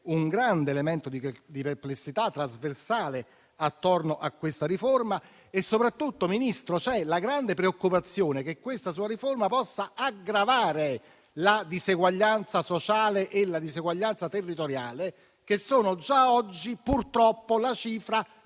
un grande elemento di perplessità trasversale attorno a questa riforma. Soprattutto, Ministro, c'è la grande preoccupazione che questa sua riforma possa aggravare la diseguaglianza sociale e la diseguaglianza territoriale, che sono già oggi purtroppo la cifra